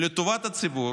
שלטובת הציבור,